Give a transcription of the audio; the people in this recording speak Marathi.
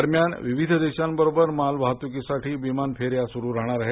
दरम्यान विविध देशांबरोबर मालवाहतूकीसाठी विमान फेऱ्या सुरू राहणार आहेत